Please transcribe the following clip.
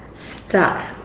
stuck.